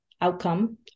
outcome